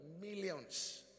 millions